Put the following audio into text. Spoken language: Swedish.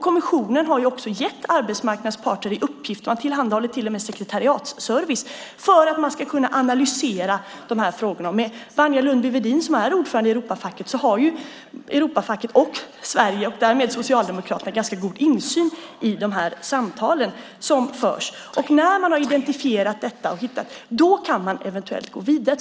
Kommissionen har också gett arbetsmarknadens parter en uppgift. Man tillhandahåller till och med sekretariatsservice - detta för att kunna analysera de här frågorna. Med Wanja Lundby-Wedin, som är ordförande i Europafacket, har Europafacket och Sverige - och därmed Socialdemokraterna - en ganska god insyn i de samtal som förs. När man har identifierat detta kan man eventuellt gå vidare.